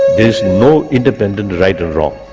there's no independent right or wrong,